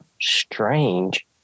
strange